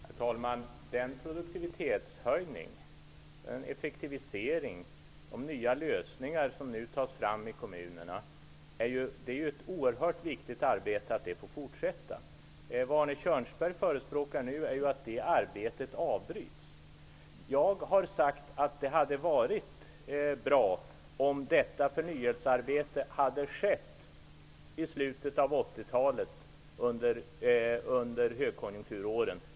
Herr talman! Det är oerhört viktigt att det arbete med produktivitetshöjning, effektivisering och nya lösningar som nu görs i kommunerna får fortsätta. Arne Kjörnsberg förespråkar att det arbetet skall avbrytas. Jag har sagt att det hade varit bra om detta förnyelsearbete hade skett under högkonjunkturen i slutet av 80-talet.